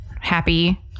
happy